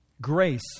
Grace